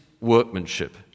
workmanship